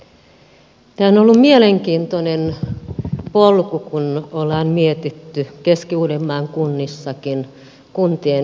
tämä on ollut mielenkiintoinen polku kun ollaan mietitty keski uudenmaan kunnissakin kuntien yhdistämistä